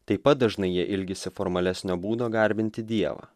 taip pat dažnai jie ilgisi formalesnio būdo garbinti dievą